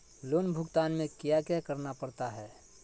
loan भुगतान में क्या क्या करना पड़ता है